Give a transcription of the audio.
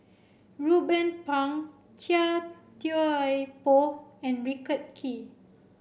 Ruben Pang Chia Thye Poh and Kee